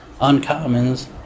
uncommons